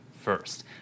first